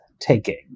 taking